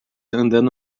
andando